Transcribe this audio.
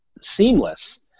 seamless